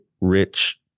rich